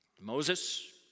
Moses